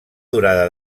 durada